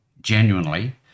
genuinely